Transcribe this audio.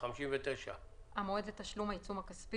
המועד לתשלום59.